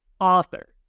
author